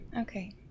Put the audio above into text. Okay